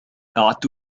أعدت